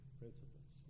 principles